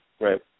right